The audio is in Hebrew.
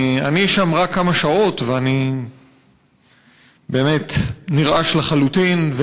אני שם רק כמה שעות ואני באמת נרעש לחלוטין,